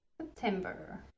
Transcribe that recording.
September